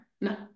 No